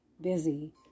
busy